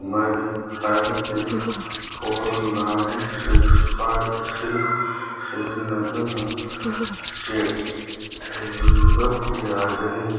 ꯃꯔꯤ ꯍꯥꯏꯕꯗꯤ four nine six five ꯑꯁꯤ ꯁꯤꯖꯤꯟꯅꯗꯨꯅ ꯆꯦꯛ ꯇꯧꯕꯤꯕ ꯌꯥꯒꯅꯤ